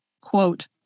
quote